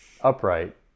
upright